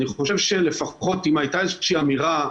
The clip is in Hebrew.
אני חושב שלפחות אם הייתה איזושהי אמירה,